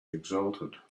exultant